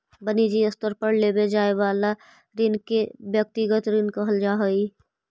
वनिजी स्तर पर लेवे जाए वाला ऋण के व्यक्तिगत ऋण कहल जा हई